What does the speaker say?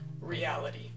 reality